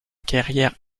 carrière